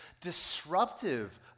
disruptive